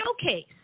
showcase